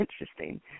interesting